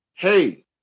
hey